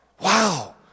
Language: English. Wow